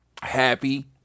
happy